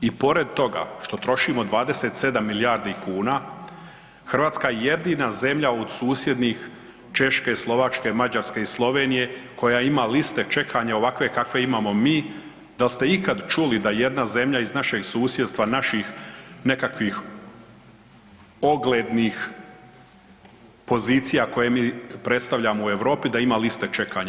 I pored toga što trošimo 27 milijardi kuna, Hrvatska je jedina zemlja od susjednih Češke, Slovačke, Mađarske i Slovenije koja ima liste čekanja ovakve kakve imamo mi, dal ste ikad čuli da jedna zemlja iz našeg susjedstva, naših nekakvih oglednih pozicija koje mi predstavljamo u Europi da ima liste čekanja?